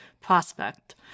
prospect